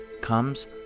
comes